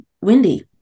Windy